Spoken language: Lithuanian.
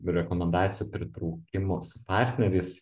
rekomendacijų pritraukimu su partneriais